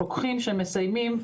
רוקחים שמסיימים,